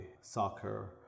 soccer